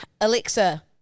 Alexa